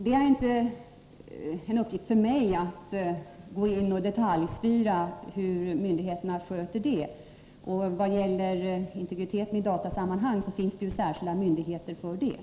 Det är inte en uppgift för mig att detaljstyra hur myndigheterna sköter det. Vad gäller integriteten i datasammanhang vill jag säga att det ju finns särskilda myndigheter som bevakar den.